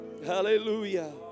Hallelujah